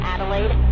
Adelaide